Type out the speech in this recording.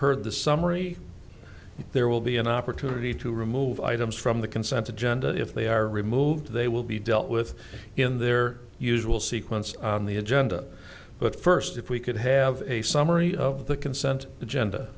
heard the summary there will be an opportunity to remove items from the consent of gender if they are removed they will be dealt with in their usual sequence on the agenda but first if we could have a summary of the consent agenda